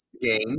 game